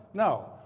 no.